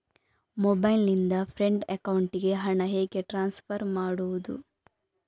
Mobile ನಿಂದ friend ಅಕೌಂಟಿಗೆ ಹಣ ಹೇಗೆ ಟ್ರಾನ್ಸ್ಫರ್ ಮಾಡುವುದು?